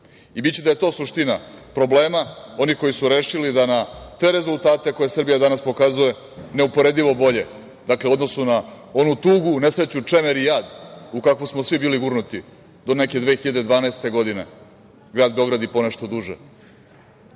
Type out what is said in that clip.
I biće da je to suština problema onih koji su rešili da na te rezultate koje Srbija danas pokazuje neuporedivo bolje u odnosu na onu tugu, nesreću, čemer i jad, u kakvu smo svi bili gurnuti do neke 2012. godine, grad Beograd i ponešto duže,